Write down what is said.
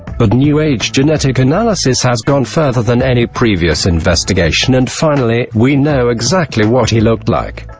but new age genetic analysis has gone further than any previous investigation and finally, we know exactly what he looked like.